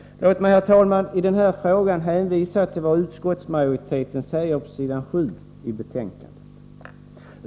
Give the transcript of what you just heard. Låt mig, herr talman, här hänvisa till vad utskottsmajoriteten säger på s. 7i betänkandet.